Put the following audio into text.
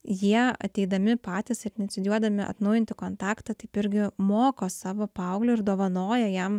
jie ateidami patys ir inicijuodami atnaujinti kontaktą taip irgi moko savo paauglį ir dovanoja jam